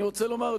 אני רוצה לומר,